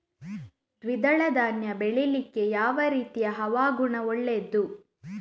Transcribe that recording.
ದ್ವಿದಳ ಧಾನ್ಯ ಬೆಳೀಲಿಕ್ಕೆ ಯಾವ ರೀತಿಯ ಹವಾಗುಣ ಒಳ್ಳೆದು?